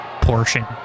portion